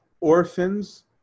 orphans